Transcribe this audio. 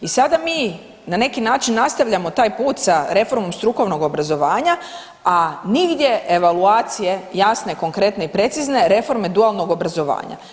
I sada mi na neki način nastavljamo taj put sa reformom strukovnog obrazovanja a nigdje evaluacije jasne, konkretne i precizne reforme dualnog obrazovanja.